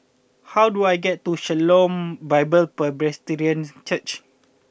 how do I get to Shalom Bible Presbyterians Church